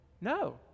No